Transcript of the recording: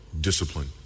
discipline